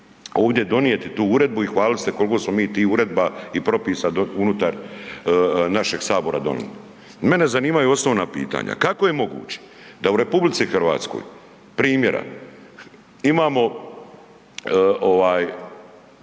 ovdje donijeti tu uredbu i hvaliti se koliko smo mi tih uredba i propisa unutar našeg sabora donijeli. Mene zanimaju osnovna pitanja. Kako je moguće da u RH primjera imamo ovaj